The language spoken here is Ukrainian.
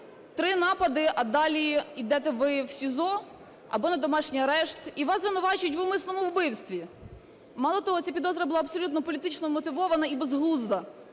Три напади, а далі ідете ви в СІЗО або на домашній арешт, і вас звинувачують в умисному вбивстві. Мало того, ця підозра була абсолютно політично вмотивована і безглузда,